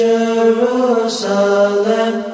Jerusalem